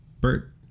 Bert